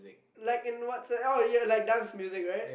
like in what's the oh ya like dance music right